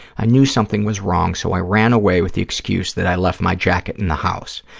i knew something was wrong, so i ran away with the excuse that i left my jacket in the house.